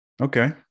Okay